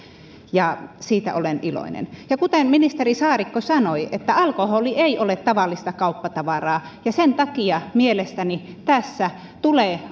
ja siitä olen iloinen kuten ministeri saarikko sanoi alkoholi ei ole tavallista kauppatavaraa ja sen takia mielestäni tässä tulee